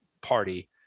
party